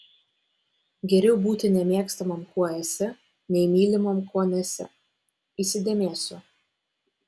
geriau būti nemėgstamam kuo esi nei mylimam kuo nesi įsidėmėsiu